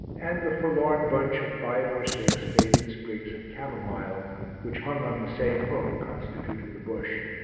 and the forlorn bunch of five or six faded sprigs of camomile which hung on the same hook constituted the bush.